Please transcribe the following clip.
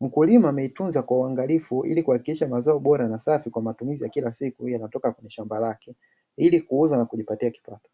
Mkulima ameitunza kwa uangalifu ili kuhakikisha mazao bora na safi kwa matumizi ya kila siku yanayotoka kwenye shamba lake, ili kuuza na kujipatia kipato.